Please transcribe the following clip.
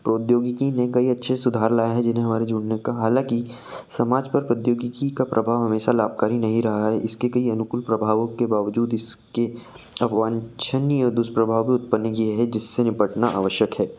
प्रौद्योगिकी ने कई अच्छे सुधार लाए हैं जिन्हें हमारे जीवन में हालाँकि समाज पर प्रौद्योगिकी का प्रभाव हमेशा लाभकारी नहीं रहा है इसके कई अनुकूल प्रभावों के बावजूद इसके आवान्छनीय दुष्प्रभाव उत्पन्न किया है जिससे निपटना आवश्यक है